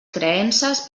creences